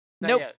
Nope